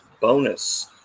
bonus